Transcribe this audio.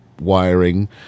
wiring